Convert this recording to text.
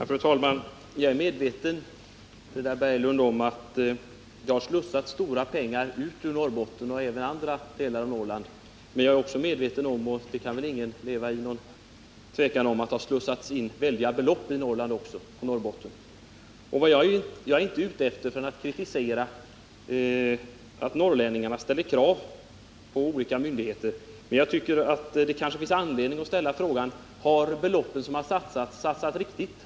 Fru talman! Jag är medveten, Frida Berglund, om att det har slussats ut stora pengar ut Norrbotten och även från andra delar av Norrland. Men jag är också medveten om — det kan väl ingen sväva i tvivel om — att det även har slussats in väldiga belopp i Norrbotten och Norrland. Jag är inte ute efter att kritisera att norrlänningarna ställer krav på olika myndigheter, men jag tycker att det finns anledning att ställa frågan: Har de satsade beloppen satsats riktigt?